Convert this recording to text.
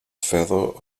fellow